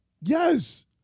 Yes